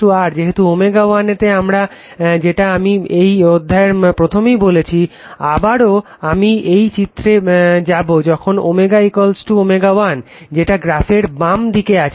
r যেহেতু ω 1 তে যেটা আমি এই অধ্যায়ের প্রথমেই বলেছি আবারও আমি এই চিত্রে যাবো যখন ω ω 1 যেটা গ্রাফের বাম দিকে আছে